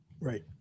Right